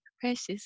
Precious